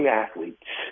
athletes